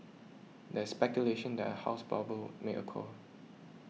there is speculation that a house bubble may occur